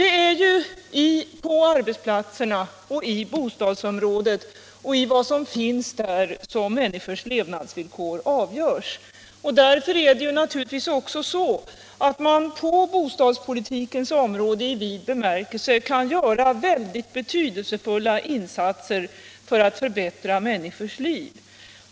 det är ju på arbetsplatserna, i bostadsområdet och i vad som finns där, som människors levnadsvillkor avgörs. Därför kan man på bostadspolitikens område i vid bemärkelse göra mycket betydelsefulla insatser för att förbättra människors liv.